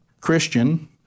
Christian